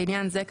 לעניין זה,